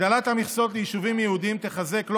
הגדלת המכסות ליישובים יהודיים תחזק לא